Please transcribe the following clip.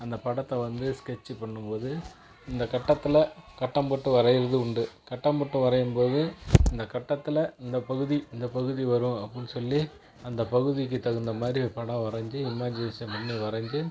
அந்த படத்த வந்து ஸ்கெட்ச் பண்ணும் போது இந்த கட்டத்தில் கட்டம் போட்டு வரையுறது உண்டு கட்டம் போட்டு வரையும் போது இந்த கட்டத்தில் இந்த பகுதி இந்த பகுதி வரும் அப்புடின்னு சொல்லி அந்த பகுதிக்கு தகுந்த மாதிரி படம் வரைஞ்சி இமேஜினேஷன் பண்ணி வரைஞ்சி